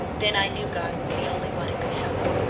then i knew god was the only one who could help,